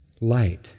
light